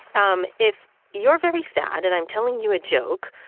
um if you're very sad and i'm telling you a joke,